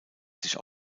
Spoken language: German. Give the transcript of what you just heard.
sich